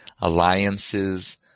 alliances